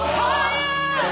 higher